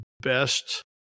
best